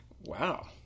wow